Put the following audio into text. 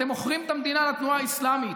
אתם מוכרים את המדינה לתנועה האסלאמית.